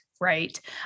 right